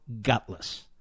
gutless